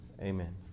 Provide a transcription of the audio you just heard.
Amen